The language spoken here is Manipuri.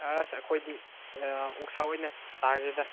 ꯑꯥꯁ ꯑꯩꯈꯣꯏꯗꯤ ꯑꯥ ꯑꯣꯛꯁꯥ ꯑꯣꯏꯅ ꯆꯥꯒꯦꯗ